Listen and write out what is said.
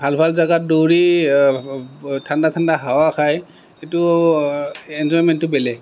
ভাল ভাল জাগাত দৌৰি ঠাণ্ডা ঠাণ্ডা হাৱা খাই সেইটো এনজয়মেণ্টটো বেলেগ